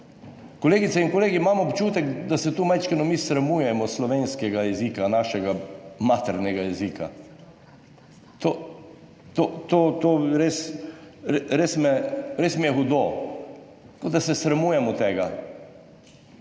Kolegice in kolegi, imam občutek, da se tu mi majčkeno sramujemo slovenskega jezika, našega maternega jezika. Res mi je hudo, kot da se sramujemo tega.